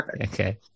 okay